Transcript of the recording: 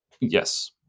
Yes